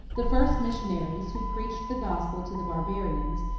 the first missionaries who preached the gospel to the barbarians,